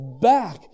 back